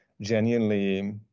genuinely